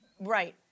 Right